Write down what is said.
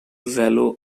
value